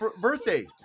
birthday